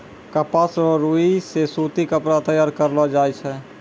कपास रो रुई से सूती कपड़ा तैयार करलो जाय छै